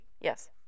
yes